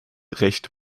recht